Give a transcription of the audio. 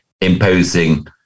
imposing